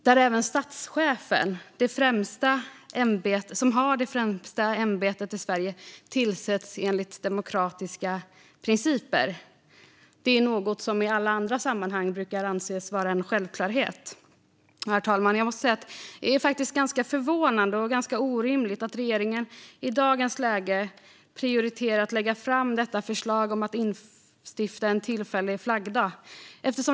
Där ska även statschefen, som har det främsta ämbetet i Sverige, tillsättas enligt demokratiska principer. Det är något som i alla andra sammanhang brukar anses vara en självklarhet. Herr talman! Det är faktiskt ganska förvånande och orimligt att regeringen i dagens läge prioriterar att lägga fram detta förslag om att instifta en tillfällig flaggdag.